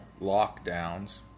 lockdowns